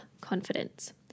confidence